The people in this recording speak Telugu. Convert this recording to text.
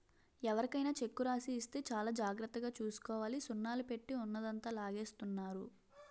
ఎవరికైనా చెక్కు రాసి ఇస్తే చాలా జాగ్రత్తగా చూసుకోవాలి సున్నాలు పెట్టి ఉన్నదంతా లాగేస్తున్నారు